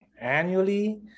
annually